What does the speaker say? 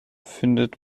findet